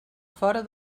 fora